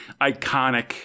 iconic